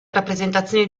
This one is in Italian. rappresentazioni